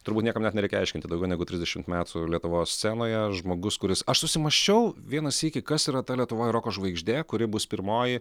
turbūt niekam net nereikia aiškinti daugiau negu trisdešimt metų lietuvos scenoje žmogus kuris aš susimąsčiau vieną sykį kas yra ta lietuvoj roko žvaigždė kuri bus pirmoji